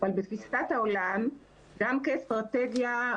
אבל בתפיסת העולם גם כאסטרטגיה,